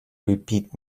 repeat